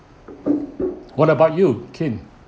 what about you kin